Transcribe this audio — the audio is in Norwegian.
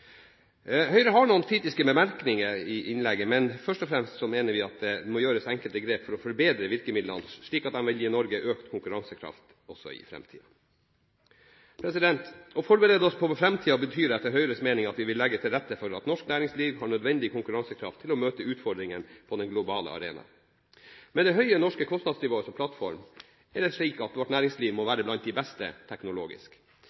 Høyre har noen kritiske bemerkninger til denne saken. Først og fremst mener vi at det må gjøres enkelte grep for å forbedre virkemidlene, slik at de vil gi Norge økt konkurransekraft også i fremtiden. Å forberede seg for fremtiden betyr etter Høyres mening at vi legger til rette for at norsk næringsliv har nødvendig konkurransekraft til å møte utfordringene på den globale arena. Med det høye norske kostnadsnivået som plattform er det slik at vårt næringsliv må